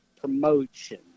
promotion